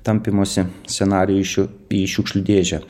tampymosi scenarijų į šiu į šiukšlių dėžę